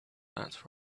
that